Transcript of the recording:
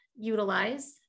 utilize